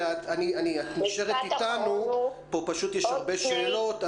ואת נשארת איתנו פה כי פשוט יש הרבה שאלות.